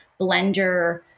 blender